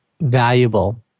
valuable